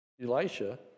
Elisha